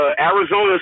Arizona